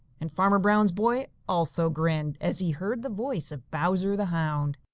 and farmer brown's boy also grinned, as he heard the voice of bowser the hound.